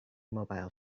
mobile